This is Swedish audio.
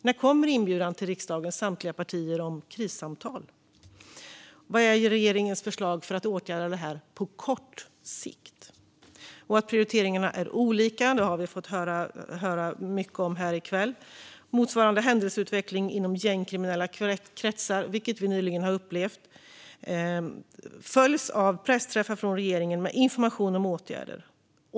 När kommer inbjudan till krissamtal med riksdagens samtliga partier? Vad är regeringens förslag för att åtgärda detta på kort sikt? Att prioriteringarna är olika har vi fått höra mycket om här i kväll. Motsvarande händelseutveckling i gängkriminella kretsar, vilket vi nyligen har upplevt, följs av pressträffar från regeringen med information om åtgärder.